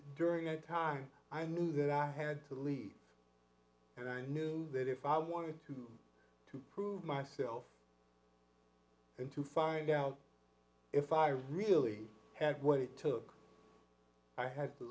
during that time i knew that i had to leave and i knew that if i wanted to to prove myself and to find out if i really had what it took i